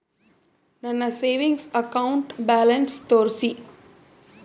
ನನ್ನ savings account balance ತೋರಿಸಿ?